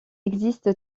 existe